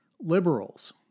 liberals